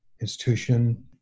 institution